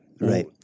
Right